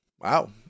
Wow